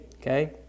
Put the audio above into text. Okay